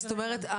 זאת אומרת,